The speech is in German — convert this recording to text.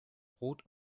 rot